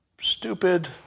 stupid